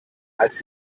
als